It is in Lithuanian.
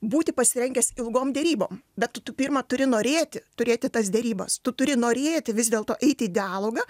būti pasirengęs ilgom derybom bet tu pirma turi norėti turėti tas derybas tu turi norėti vis dėlto eiti į dialogą